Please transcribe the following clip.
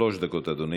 שלוש דקות, אדוני.